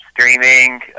Streaming